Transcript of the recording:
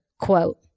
Quote